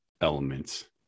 elements